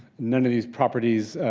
none of these properties